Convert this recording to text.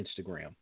Instagram